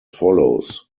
follows